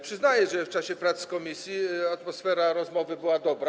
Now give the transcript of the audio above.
Przyznaję, że w czasie prac komisji atmosfera rozmowy była dobra.